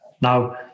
Now